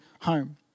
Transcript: home